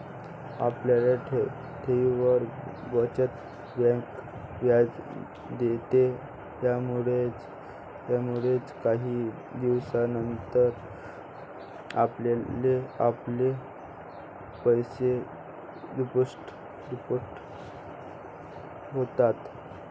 आपल्या ठेवींवर, बचत बँक व्याज देते, यामुळेच काही दिवसानंतर आपले पैसे दुप्पट होतात